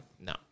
No